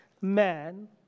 man